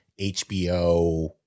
HBO